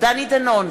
דני דנון,